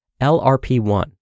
LRP1